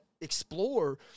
explore